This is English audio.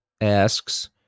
asks